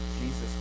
Jesus